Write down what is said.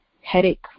headache